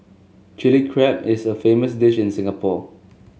Chilli Crab is a famous dish in Singapore